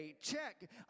Check